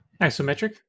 Isometric